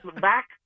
back